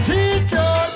Teacher